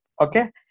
Okay